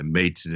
made